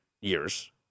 years